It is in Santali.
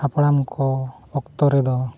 ᱦᱟᱯᱲᱟᱢ ᱠᱚ ᱚᱠᱛᱚ ᱨᱮᱫᱚ